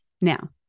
now